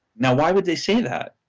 now, why would they say that?